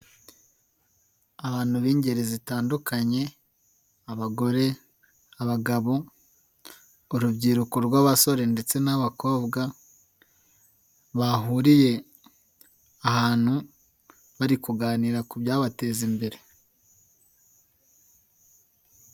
Abantu b'ingeri zitandukanye, abagore, abagabo, urubyiruko rw'abasore ndetse n'abakobwa bahuriye ahantu bari kuganira ku byabateza imbere.